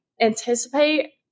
anticipate